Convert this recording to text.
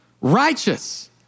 righteous